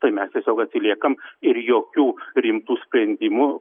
tai mes tiesiog atsiliekam ir jokių rimtų sprendimų